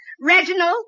Reginald